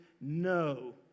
No